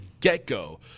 get-go